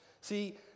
See